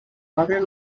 water